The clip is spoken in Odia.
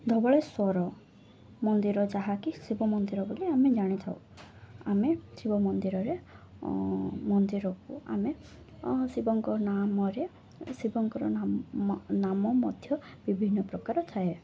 ଧବଳେଶ୍ୱର ମନ୍ଦିର ଯାହାକି ଶିବ ମନ୍ଦିର ବୋଲି ଆମେ ଜାଣିଥାଉ ଆମେ ଶିବ ମନ୍ଦିରରେ ମନ୍ଦିରକୁ ଆମେ ଶିବଙ୍କ ନାମରେ ଶିବଙ୍କର ନାମ ମଧ୍ୟ ବିଭିନ୍ନ ପ୍ରକାର ଥାଏ